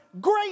great